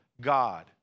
God